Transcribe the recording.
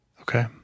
Okay